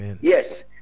yes